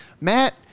Matt